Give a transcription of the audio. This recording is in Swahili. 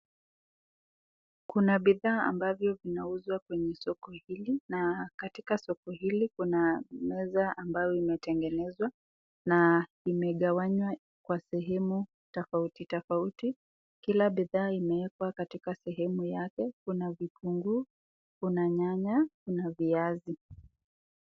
Kuna bidhaa ambavyo vinauzwa kwenye soko hili na katika soko hili kuna meza ambayo inatengenezwa na imekawanywa kwa sehemu tafauti tafauti Kila bidhaa imewekwa katika sehemu yake kuna vitunguu, kuna nyanya na viazi.